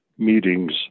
meetings